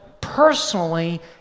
personally